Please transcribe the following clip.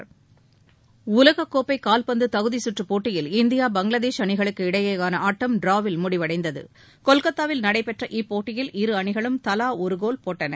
கான் உலக கோப்பை கால்பந்து தகுதி குற்றுப்போட்டியில் இந்தியா பங்களாதேஷ் அணிகளுக்கு இடையேயான ஆட்டம் டிராவில் முடிவடைந்தது கொல்கத்தாவில் நடைபெற்ற இப்போட்டியில் இரு அணிகளும் தலா ஒரு கோல் போட்டன